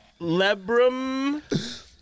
Lebrum